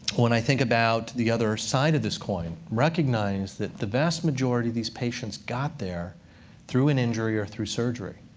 when i think about the other side of this coin, recognize that the vast majority of these patients got there through an injury or through surgery.